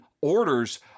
orders